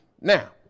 now